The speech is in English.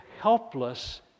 helpless